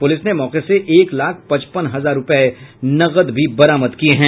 police ने मौके से एक लाख पचपन हजार रूपये नकद बरामद किया है